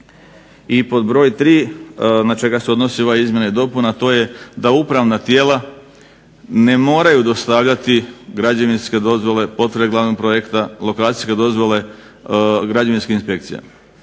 I pod broj tri na čega se odnosi ova izmjena i dopuna, a to je da upravna tijela ne moraju dostavljati građevinske dozvole, potvrde glavnog projekta, lokacijske dozvole građevinskim inspekcijama.